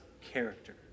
character